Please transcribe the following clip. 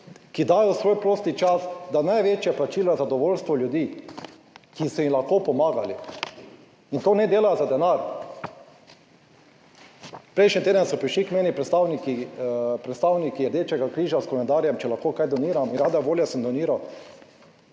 ki dajo svoj prosti čas, da največje plačilo je zadovoljstvo ljudi, ki so jim lahko pomagali in to ne delajo za denar. Prejšnji teden so prišli k meni predstavniki Rdečega križa s koledarjem, če lahko kaj doniram, in rade volje sem doniral.